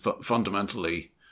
fundamentally